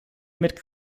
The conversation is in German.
mit